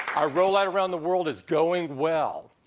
our rollout around the world is going well.